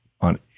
on